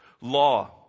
Law